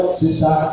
sister